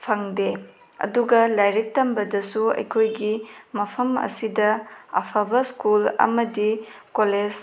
ꯐꯪꯗꯦ ꯑꯗꯨꯒ ꯂꯥꯏꯔꯤꯛ ꯇꯝꯕꯗꯁꯨ ꯑꯩꯈꯣꯏꯒꯤ ꯃꯐꯝ ꯑꯁꯤꯗ ꯑꯐꯕ ꯁ꯭ꯀꯨꯜ ꯑꯃꯗꯤ ꯀꯣꯂꯦꯖ